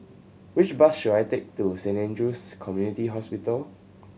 which bus should I take to Saint Andrew's Community Hospital